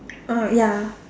uh ya